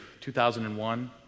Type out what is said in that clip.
2001